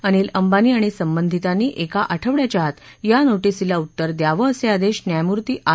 अनिल अंबानी आणि संबंधितांनी एका आठवडयाच्या आत या नोटिसीला उत्तर द्यावं असे आदेश न्यायमूर्ती आर